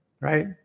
Right